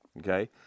Okay